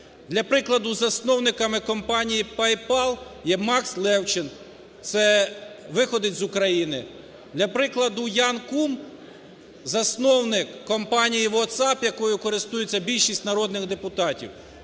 Для прикладу, засновниками компанії PayPal є Макс Левчин, це виходець з України. Для прикладу, Ян Кум – засновник компанії WhatsApp, якою користуються більшість народних депутатів,